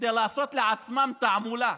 כדי לעשות לעצמם תעמולה,